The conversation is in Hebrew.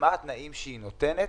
והתנאים שהיא נותנת.